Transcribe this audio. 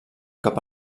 cap